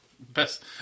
Best